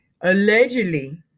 allegedly